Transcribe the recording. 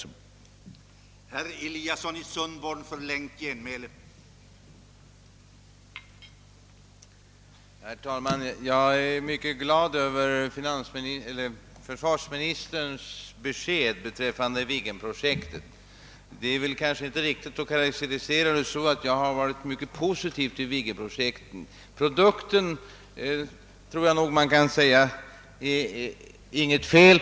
Handlingsfrihet bör alltjämt hävdas.